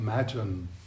Imagine